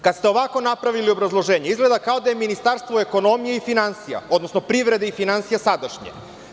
Kada ste ovako napravili obrazloženje, izgleda kao da je Ministarstvo ekonomije i finansija, odnosno privrede i finansija sadašnje.